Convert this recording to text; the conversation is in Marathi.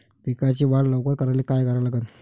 पिकाची वाढ लवकर करायले काय करा लागन?